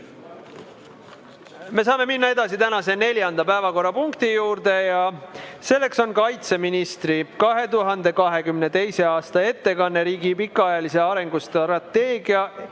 Me saame minna tänase neljanda päevakorrapunkti juurde: kaitseministri 2022. aasta ettekanne riigi pikaajalise arengustrateegia